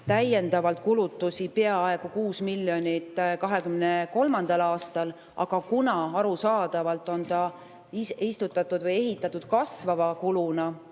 täiendavalt kulutusi peaaegu kuus miljonit 2023. aastal, aga kuna arusaadavalt on ta istutatud või ehitatud kasvava kuluna,